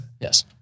Yes